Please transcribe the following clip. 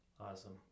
Awesome